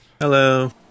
Hello